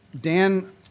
Dan